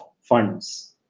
funds